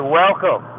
welcome